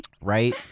Right